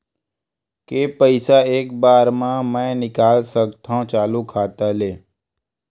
के पईसा एक बार मा मैं निकाल सकथव चालू खाता ले?